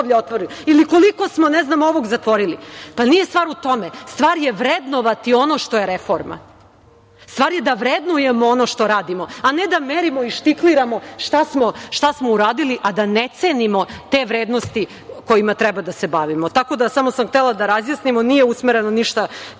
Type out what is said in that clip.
otvorili ili koliko smo, ne znam, onog zatvorili. Nije stvar u tome. Stvar je vrednovati ono što je reforma. Stvar je da vrednujemo ono što radimo, a ne da merimo i štikliramo šta smo uradili, a da ne cenimo te vrednosti kojima treba da se bavimo. Samo sam htela da razjasnimo. Nije usmereno ništa